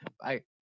bye